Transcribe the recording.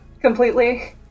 Completely